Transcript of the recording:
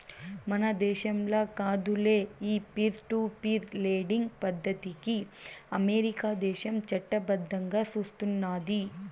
మన దేశంల కాదులే, ఈ పీర్ టు పీర్ లెండింగ్ పద్దతికి అమెరికా దేశం చట్టబద్దంగా సూస్తున్నాది